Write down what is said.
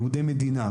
ייעודי מדינה.